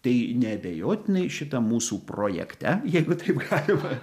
tai neabejotinai šitam mūsų projekte jeigu taip galima